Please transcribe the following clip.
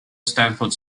stanford